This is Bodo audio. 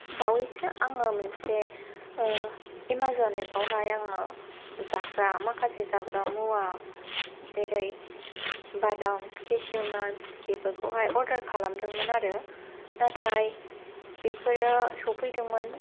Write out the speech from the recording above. बावैसो आङो मोनसे एमाजन एपावहाय आङो जाग्रा माखासे जाग्रा मुवा जेरै बादाम केसिउ नात्स बेफोरखौहाय अर्दार खालामदोंमोन आरो नाथाय बेफोरो सफैदोंमोन